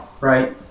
right